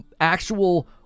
actual